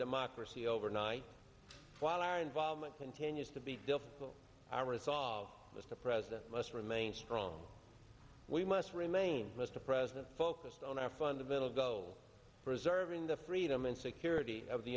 democracy overnight while our involvement continues to be our resolve mr president must remain strong we must remain mr president focused on our fundamental goal preserving the freedom and security of the